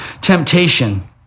temptation